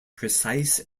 precise